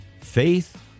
Faith